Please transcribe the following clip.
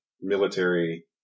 military